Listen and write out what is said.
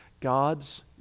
God's